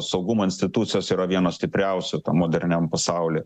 saugumo institucijos yra vienos stipriausių tam moderniam pasauly